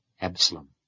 Absalom